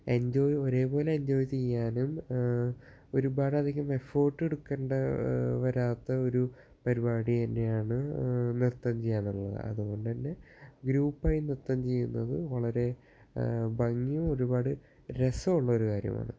enjoy ഒരേപോലെ enjoy ചെയ്യാനും ഒരുപാടധികം എഫേർട്ട് എടുക്കേണ്ടി വരാത്ത ഒരു പരിപാടി തന്നെയാണ് നൃത്തം ചെയ്യുകയെന്നുള്ളത് അതുകൊണ്ടു തന്നെ ഗ്രൂപ്പായി നൃത്തം ചെയ്യുന്നതു വളരെ ഭംഗിയും ഒരുപാട് രസവുമുള്ളൊരു കാര്യമാണ്